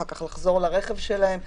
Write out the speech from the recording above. אחר כך לחזור לרכב שלהם,